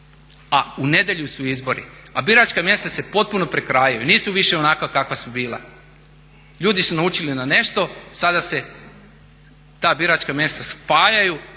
a u nedjelju su izbori, a biračka mjesta se potpuno prekrajaju, nisu više onakva kakva su bila. Ljudi su naučili na nešto, sada se ta biračka mjesta spajaju